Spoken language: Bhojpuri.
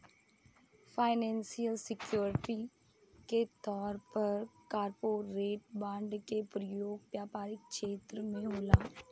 फाइनैंशल सिक्योरिटी के तौर पर कॉरपोरेट बॉन्ड के प्रयोग व्यापारिक छेत्र में होला